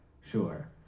sure